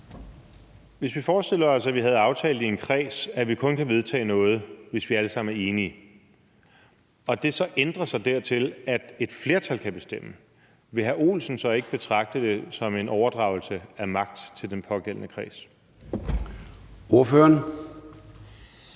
Hvis vi forestiller os, at vi havde aftalt i en kreds, at vi kun kunne vedtage noget, hvis vi alle sammen var enige, og det så ændrer sig til, at et flertal kan bestemme, vil hr. Mads Olsen så ikke betragte det som en overdragelse af magt til den pågældende kreds? Kl.